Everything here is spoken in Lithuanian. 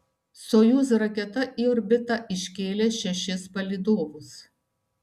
sojuz raketa į orbitą iškėlė šešis palydovus